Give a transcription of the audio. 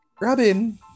Robin